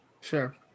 Sure